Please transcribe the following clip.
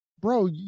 bro